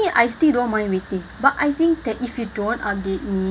I still don't mind waiting but I think that if you don't update me